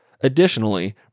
Additionally